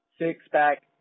six-pack